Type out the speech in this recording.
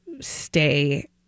stay